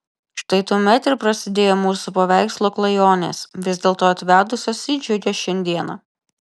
štai tuomet ir prasidėjo mūsų paveikslo klajonės vis dėlto atvedusios į džiugią šiandieną